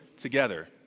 together